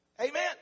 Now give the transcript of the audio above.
Amen